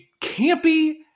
campy